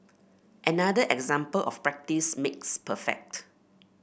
another example of practice makes perfect